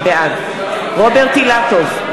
בעד רוברט אילטוב,